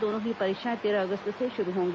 दोनों ही परीक्षाएं तेरह अगस्त से शुरू होंगी